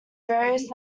various